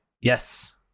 Yes